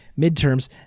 midterms